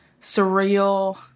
surreal